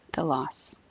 the loss.